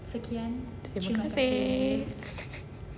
terima kasih